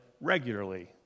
regularly